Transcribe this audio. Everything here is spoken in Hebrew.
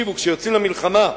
תקשיבו, כשיוצאים למלחמה,